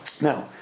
now